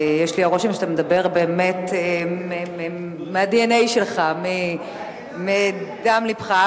יש לי הרושם שאתה מדבר באמת מה-DNA שלך, מדם לבך.